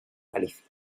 galicia